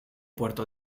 puerto